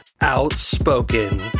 outspoken